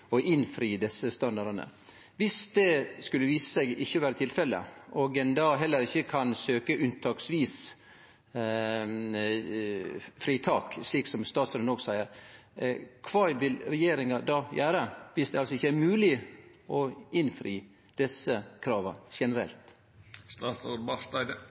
innfri krava til desse standardane. Viss det skulle vise seg ikkje å vere tilfellet og ein heller ikkje kan søkje om unntaksvis fritak, slik statsråden seier, kva vil regjeringa då gjere – viss det ikkje er mogleg å innfri desse krava